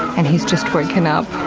and he's just woken up.